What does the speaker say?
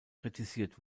kritisiert